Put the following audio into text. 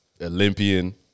Olympian